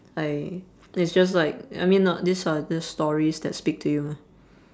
I it's just like I mean not these are just stories that speak to you mah